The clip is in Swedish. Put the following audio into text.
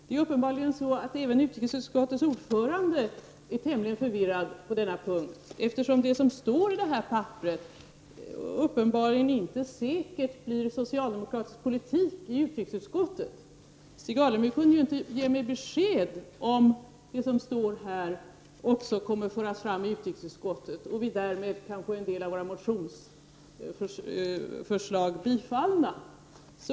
Det är uppenbarligen så att även utrikesutskottets ordförande är tämligen förvirrad på denna punkt. Det som står i papperet blir uppenbarligen inte säkert socialdemokratisk politik i utrikesutskottet. Stig Alemyr kunde ju inte ge mig besked, huruvida det som står här också kommer att föras fram i utrikesutskottet och huruvida vi därmed kan få en del av våra motionsförslag bifallna.